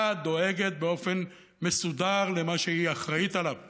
באופן מסודר למה שהיא אחראית לו,